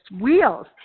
wheels